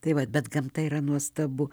tai vat bet gamta yra nuostabu